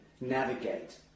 navigate